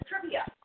trivia